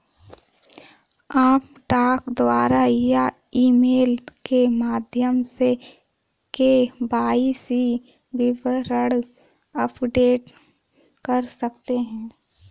आप डाक द्वारा या ईमेल के माध्यम से के.वाई.सी विवरण अपडेट कर सकते हैं